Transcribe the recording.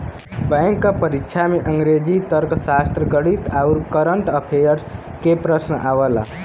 bank क परीक्षा में अंग्रेजी, तर्कशास्त्र, गणित आउर कंरट अफेयर्स के प्रश्न आवला